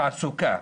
האם יש לו תעסוקה?